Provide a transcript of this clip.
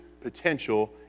potential